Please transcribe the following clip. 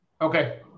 okay